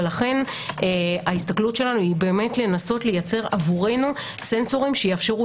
ולכן ההסתכלות שלנו היא לנסות לייצר עבורנו סנסורים שיאפשרו